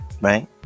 Right